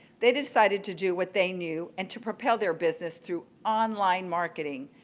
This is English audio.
they decided to do what they knew and to propel their business through online marketing.